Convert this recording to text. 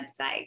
website